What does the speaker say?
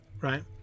right